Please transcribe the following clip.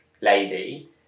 lady